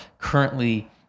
currently